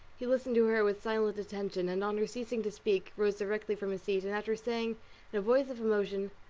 he listened to her with silent attention, and on her ceasing to speak, rose directly from his seat, and after saying in a voice of emotion,